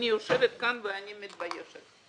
ואני מתביישת.